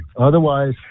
otherwise